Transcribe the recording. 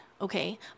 okay